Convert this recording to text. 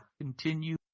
continue